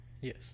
Yes